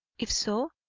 if so,